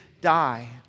die